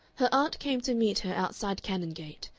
her aunt came to meet her outside canongate,